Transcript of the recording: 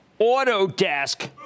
Autodesk